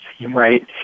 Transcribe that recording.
right